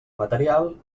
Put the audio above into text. material